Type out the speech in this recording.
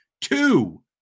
two